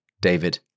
David